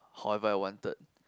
however I wanted